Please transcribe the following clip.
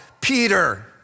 Peter